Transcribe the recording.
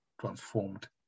transformed